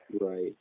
Right